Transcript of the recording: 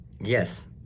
yes